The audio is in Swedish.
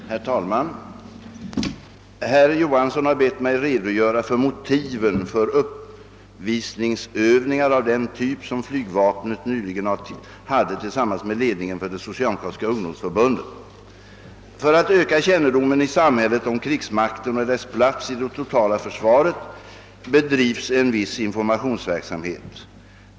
Herr talman! Herr Johansson i Växjö har bett mig redogöra för motiven för uppvisningsövningar av den typ som flygvapnet nyligen hade tillsammans med ledningen för det socialdemokratiska ungdomsförbundet. För att öka kännedomen i samhället om krigsmakten och dess plats i det totala försvaret bedrivs en viss informationsverksamhet.